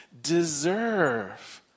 Deserve